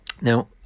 Now